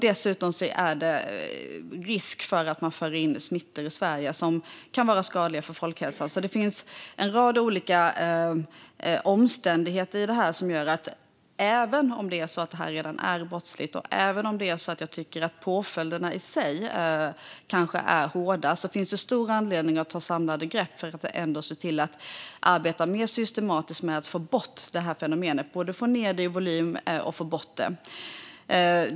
Dessutom är det risk för att man för in smittor i Sverige som kan vara skadliga för folkhälsan. Det finns alltså en rad olika omständigheter som gör att även om det här redan är brottsligt, och även om jag tycker att påföljderna i sig kanske är hårda, finns det stor anledning att ta samlade grepp för att se till att arbeta mer systematiskt med att få bort det här fenomenet - både få ned det i volym och få bort det.